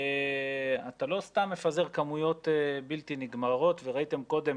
אתה לא סתם מפזר כמויות בלתי נגמרות וראיתם קודם